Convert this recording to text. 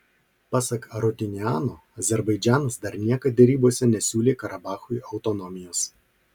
pasak arutiuniano azerbaidžanas dar niekad derybose nesiūlė karabachui autonomijos